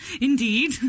indeed